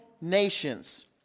nations